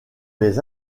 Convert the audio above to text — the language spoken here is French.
les